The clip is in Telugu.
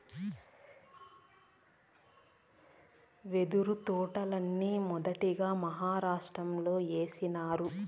యెదురు తోటల్ని మొదటగా మహారాష్ట్రలో ఏసినారు